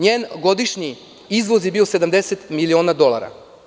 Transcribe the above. Njen godišnji izvoz je bio 70 miliona dolara.